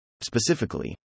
Specifically